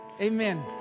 Amen